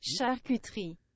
Charcuterie